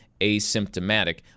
asymptomatic